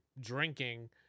drinking